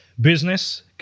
business